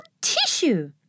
tissue